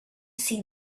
see